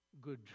good